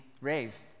raised